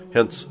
Hence